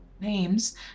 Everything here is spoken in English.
Names